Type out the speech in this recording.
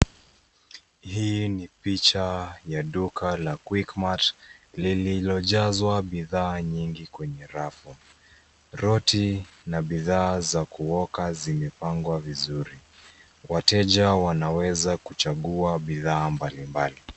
Hii ni picha ya duka la Quickmart lililojazwa bidha nyingi kwenye rafu, roti na bidhaa ya kuoga zimepangwa vizuri wateja wanaweza kuchangua bidhaa mbali mbali.